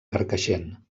carcaixent